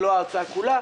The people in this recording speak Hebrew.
ולא ההוצאה כולה.